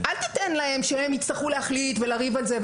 אל תיתן להם שהם יצטרכו להחליט ולריב על זה,